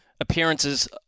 appearances